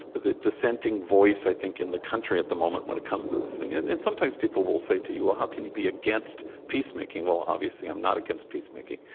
but the dissenting voice, i think, in the country at the moment, when it comes to this thing. and and sometimes people will say to you, well, how can you be against peacemaking? well, obviously, i'm not against peacemaking.